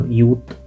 youth